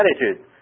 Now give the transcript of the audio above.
attitude